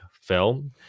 film